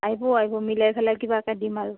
আহিব আহিব মিলাই পেলাই কিবাকৈ দিম আৰু